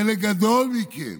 חלק גדול מכם,